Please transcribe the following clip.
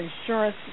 insurance